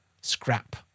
scrap